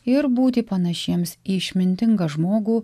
ir būti panašiems į išmintingą žmogų